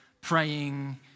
praying